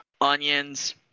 onions